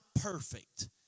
perfect